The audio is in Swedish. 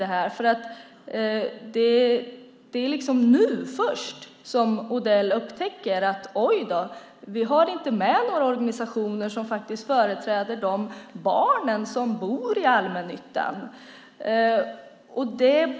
Det är som om det är först nu som Odell upptäcker att det inte finns med några organisationer som företräder de barn som bor i allmännyttan.